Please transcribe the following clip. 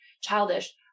childish